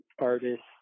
artists